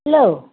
hello